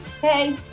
Hey